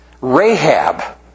Rahab